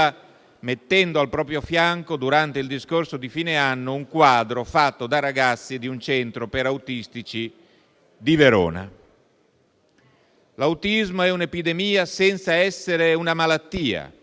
mettendo al proprio fianco, durante il discorso di fine anno, un quadro fatto da ragazzi di un centro per autistici di Verona. L'autismo è un'epidemia senza essere una malattia: